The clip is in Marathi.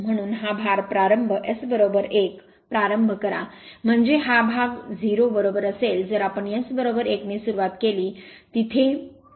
म्हणून हा भार प्रारंभ S 1 प्रारंभ करा म्हणजे हा भाग 0 बरोबर असेल जर आपण S 1 ने सुरूवात केली तेथे